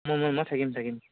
মই ম মই থাকিম থাকিম